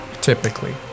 Typically